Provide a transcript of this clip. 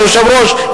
אדוני היושב-ראש,